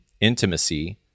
intimacy